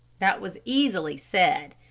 that was easily said.